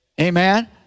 Amen